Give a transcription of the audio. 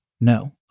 No